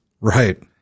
right